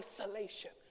isolation